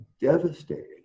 devastating